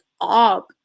up